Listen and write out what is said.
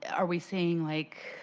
are we seeing, like,